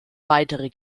weitere